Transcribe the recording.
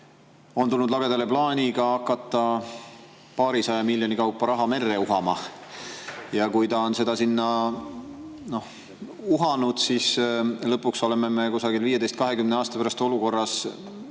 on tulnud lagedale plaaniga hakata paarisaja miljoni kaupa raha merre uhama. Ja kui ta on seda sinna uhanud, siis lõpuks oleme 15–20 aasta pärast olukorras, kus meil